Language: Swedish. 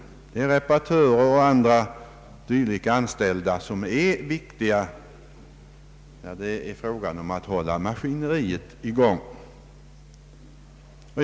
Det gäller reparatörer och andra anställda som är viktiga för att hålla maskineriet i gång.